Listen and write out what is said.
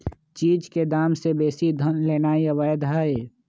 चीज के दाम से बेशी धन लेनाइ अवैध हई